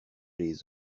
les